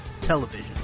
television